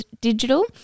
digital